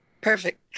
Perfect